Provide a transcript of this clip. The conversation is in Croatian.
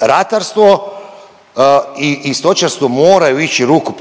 ratarstvo i, i stočarstvo moraju ići ruku